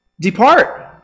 Depart